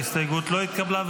ההסתייגות לא התקבלה.